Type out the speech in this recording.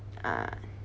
ah